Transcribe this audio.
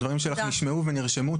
הדברים שלך נשמעו ונרשמו.